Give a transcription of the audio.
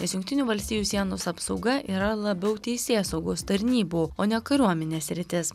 jungtinių valstijų sienos apsauga yra labiau teisėsaugos tarnybų o ne kariuomenės sritis